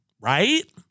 right